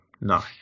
No